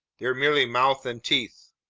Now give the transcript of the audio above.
they're merely mouth and teeth!